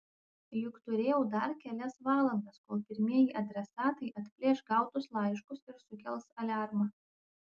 juk turėjau dar kelias valandas kol pirmieji adresatai atplėš gautus laiškus ir sukels aliarmą